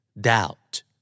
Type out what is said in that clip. doubt